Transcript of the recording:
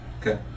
Okay